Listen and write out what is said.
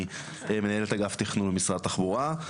אני מנהל את אגף תכנון במשרד התחבורה,